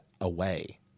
away